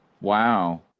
Wow